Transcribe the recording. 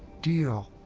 deal.